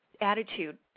attitude